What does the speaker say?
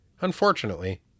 Unfortunately